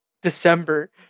December